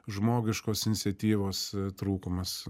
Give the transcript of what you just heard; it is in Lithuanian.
žmogiškos iniciatyvos trūkumas